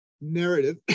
narrative